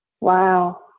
Wow